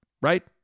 right